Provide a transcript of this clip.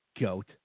Goat